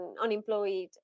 unemployed